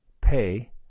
pay